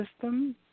System